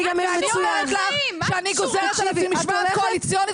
אני אומרת לך שאני גוזרת על עצמי משמעת קואליציונית